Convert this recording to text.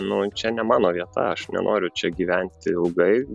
nu čia ne mano vieta aš nenoriu čia gyventi ilgai